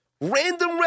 Random